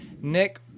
Nick